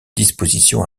dispositions